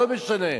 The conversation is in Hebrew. לא משנה.